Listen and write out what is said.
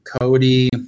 Cody